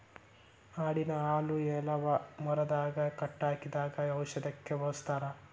ಆಡಿನ ಹಾಲು ಎಲಬ ಮುರದಾಗ ಕಟ್ಟ ಹಾಕಿದಾಗ ಔಷದಕ್ಕ ಬಳಸ್ತಾರ